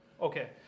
Okay